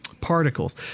Particles